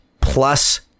plus